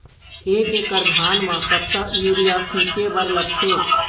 एक एकड़ धान म कतका यूरिया छींचे बर लगथे?